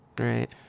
right